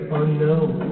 unknown